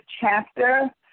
chapter